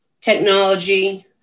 technology